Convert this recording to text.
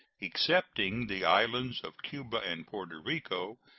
excepting the islands of cuba and porto rico,